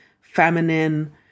feminine